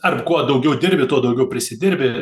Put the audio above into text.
ar kuo daugiau dirbi tuo daugiau prisidirbi